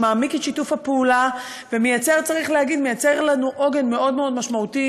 שמעמיק את שיתוף הפעולה ומייצר לנו עוגן משמעותי